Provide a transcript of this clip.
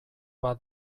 bat